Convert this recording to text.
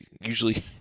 Usually